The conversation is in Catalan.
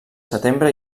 setembre